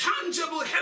tangible